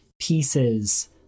pieces